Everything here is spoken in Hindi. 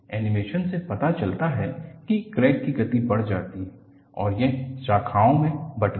एनीमेशन से पता चलता है कि क्रैक की गति बढ़ जाती है और यह शाखाओ में बट गया